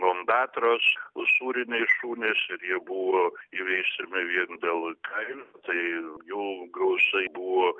ondatros usūriniai šunys ir jie buvo įveisiami vien dėl kailių tai jų gausai buvo